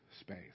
space